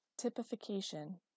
Typification